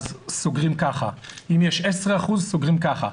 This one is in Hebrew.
אז סוגרים ככה, אם יש 10% סוגרים ככה.